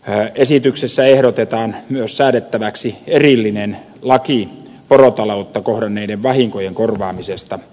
esityksessä ehdotetaan myös säädettäväksi erillinen laki porotaloutta kohdanneiden vahinkojen korvaamisesta